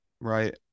Right